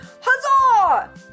Huzzah